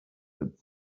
that